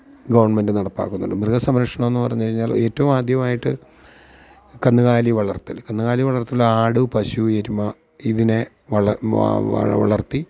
government നടപ്പാക്കുന്നുണ്ട് മൃഗസംരക്ഷണമെന്ന് പറഞ്ഞു കഴിഞ്ഞാൽ ഏറ്റവും ആദ്യമായിട്ട് കന്നുകാലി വളര്ത്തല് കന്നുകാലി വളര്ത്തൽ ആട് പശു എരുമ ഇതിനെ വളര്ത്തി